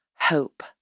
hope